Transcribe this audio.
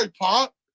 pop